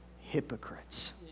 hypocrites